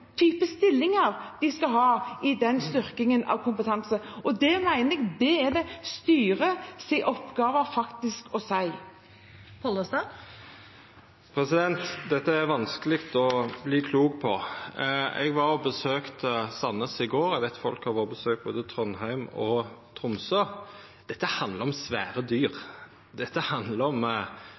type stillinger de skal ha i den styrkede kompetansen. Det mener jeg at det er styrets oppgave faktisk å si. Geir Pollestad – til oppfølgingsspørsmål. Dette er det vanskeleg å verta klok på. Eg var og besøkte Sandnes i går – eg veit folk har vore på besøk både i Trondheim og i Tromsø. Dette handlar om svære dyr, dette handlar